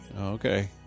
okay